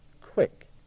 quick